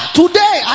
today